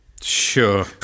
Sure